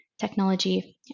technology